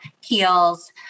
Heels